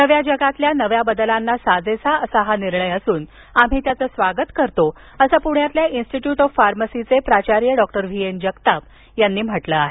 नव्या जगातील नव्या बदलांना साजेसा हा निर्णय असून आम्ही त्याचे स्वागत करतो असं पुण्यातील इन्स्टिट्यूट ऑफ फार्मसीचे प्राचार्य डॉक्टर व्ही एन जगताप यांनी म्हटले आहे